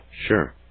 Sure